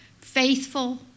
Faithful